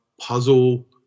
puzzle